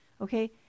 Okay